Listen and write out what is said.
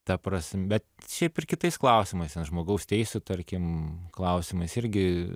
ta prasme bet šiaip ir kitais klausimaisten žmogaus teisių tarkim klausimais irgi